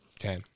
okay